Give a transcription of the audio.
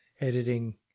editing